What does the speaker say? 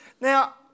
Now